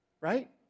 right